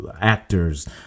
actors